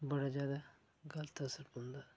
एह्दा बड़ा जैदा गल्त असर पौंदा ऐ